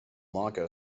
lanka